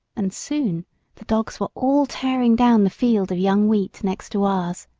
and soon the dogs were all tearing down the field of young wheat next to ours.